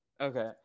Okay